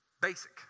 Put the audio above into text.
Basic